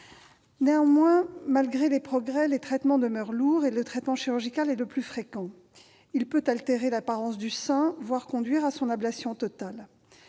Néanmoins, malgré les progrès, les traitements demeurent lourds et le traitement chirurgical est le plus fréquent. Il peut altérer l'apparence du sein, voire conduire à son ablation totale.